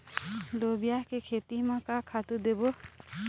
लोबिया के खेती म का खातू देबो?